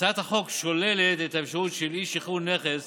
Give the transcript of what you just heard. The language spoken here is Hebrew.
הצעת החוק שוללת את האפשרות של אי-שחרור נכס